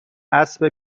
اسب